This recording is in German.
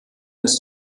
ist